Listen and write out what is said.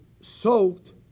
soaked